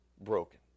broken